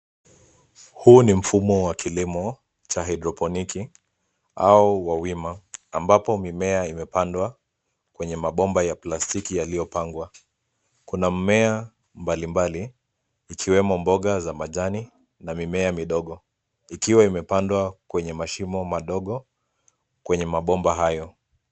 Huu ni mfumo wa kilimo cha hydroponiki au wa wima, ambapo mimea imepandwa kwenye mabomba ya plastiki yaliyopangwa. Kuna mmea mbali mbali, ikiwemo mboga za majani na mimea midogo, ikiwa imepandwa kwenye mashimo madogo kwenye mabomba hayo.